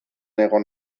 egon